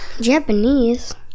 Japanese